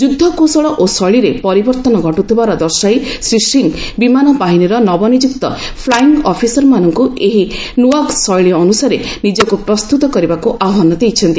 ଯୁଦ୍ଧ କୌଶଳ ଓ ଶୈଳୀରେ ପରିବର୍ତ୍ତନ ଘଟ୍ରଥିବାର ଦର୍ଶାଇ ଶ୍ରୀ ସିଂହ ବିମାନ ବାହିନୀର ନବନିଯ୍ରକ୍ତ ଫ୍ଲାଇଙ୍ଗ୍ ଅଫିସରମାନଙ୍କ ଏହି ନୁଆ ଶୈଳୀ ଅନ୍ଦସାରେ ନିଜକ୍ତ ପ୍ରସ୍ତ୍ରତ କରିବାକ୍ ଆହ୍ୱାନ ଦେଇଛନ୍ତି